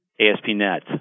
ASP.NET